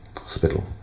Hospital